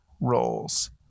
roles